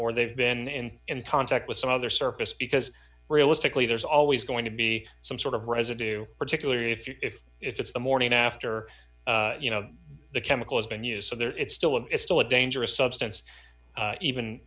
or they've been in contact with some other surface because realistically there's always going to be some sort of residue particularly if you're if if it's the morning after you know the chemical has been used so there it's still it's still a dangerous substance even